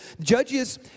Judges